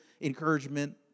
encouragement